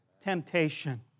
temptation